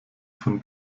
von